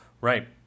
Right